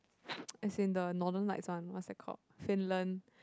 as in the Northern Lights one what's that called Finland